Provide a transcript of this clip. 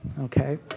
okay